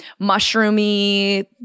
mushroomy